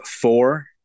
Four